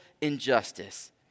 injustice